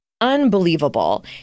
unbelievable